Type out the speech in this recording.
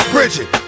Bridget